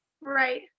Right